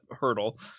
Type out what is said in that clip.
hurdle